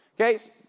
Okay